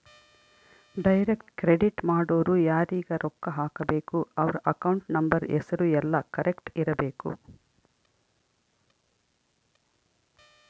direct credit ಮಾಡೊರು ಯಾರೀಗ ರೊಕ್ಕ ಹಾಕಬೇಕು ಅವ್ರ ಅಕೌಂಟ್ ನಂಬರ್ ಹೆಸರು ಯೆಲ್ಲ ಕರೆಕ್ಟ್ ಇರಬೇಕು